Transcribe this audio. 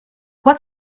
what